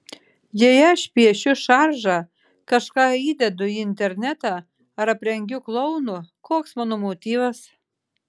jei aš piešiu šaržą kažką įdedu į internetą ar aprengiu klounu koks mano motyvas